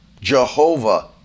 Jehovah